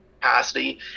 capacity